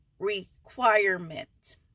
requirement